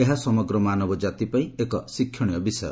ଏହା ସମଗ୍ର ମାନବ ଜାତିପାଇଁ ଏକ ଶିକ୍ଷଣୀୟ ବିଷୟ